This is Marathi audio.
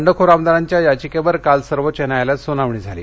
बंडखोर आमदारांच्या याचिकेवर काल सर्वोच्च न्यायालयात सुनावणी झाली